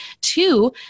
Two